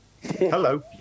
Hello